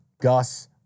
Gus